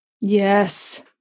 Yes